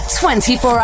24